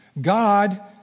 God